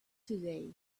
today